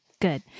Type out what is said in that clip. Good